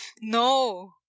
No